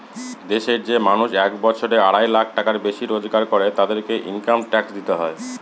দেশের যে মানুষ এক বছরে আড়াই লাখ টাকার বেশি রোজগার করে, তাদেরকে ইনকাম ট্যাক্স দিতে হয়